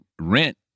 rent